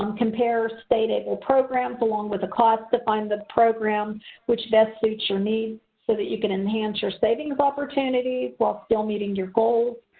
um compare state able programs along with the cost to find the programs which best suit your needs so you can enhance your savings opportunities while still meeting your goals.